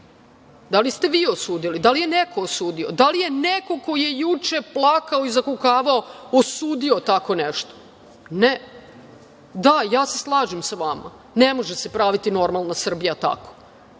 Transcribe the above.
Da li ste vi osudili? Da li je neko osudio? Da li je neko ko je juče plakao i zakukavao osudio tako nešto? Ne. Da, ja se slažem sa vama, ne može se praviti normalna Srbija tako.